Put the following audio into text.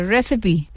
Recipe